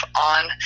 on